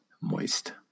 Moist